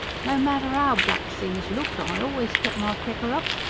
no matter how black things looked, i always kept my pecker up.